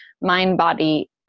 mind-body